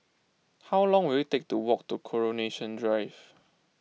how long will it take to walk to Coronation Drive